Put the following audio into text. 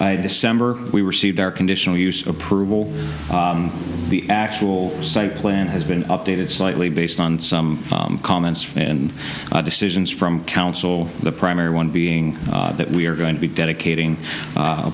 december we received our conditional use approval the actual site plan has been updated slightly based on some comments and decisions from council the primary one being that we are going to be dedicating